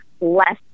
less